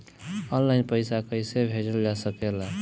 आन line पईसा कईसे भेजल जा सेकला?